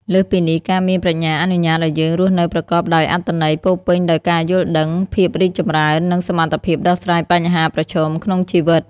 លើសពីនេះ ការមានប្រាជ្ញាអនុញ្ញាតឱ្យយើង រស់នៅប្រកបដោយអត្ថន័យ ពោរពេញដោយការយល់ដឹង ភាពរីកចម្រើន និងសមត្ថភាពដោះស្រាយបញ្ហាប្រឈមក្នុងជីវិត។